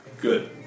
Good